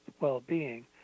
well-being